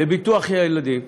לביטוח הילדים.